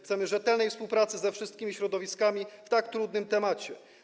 Chcemy rzetelnej współpracy ze wszystkimi środowiskami w tak trudnym temacie.